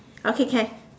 okay can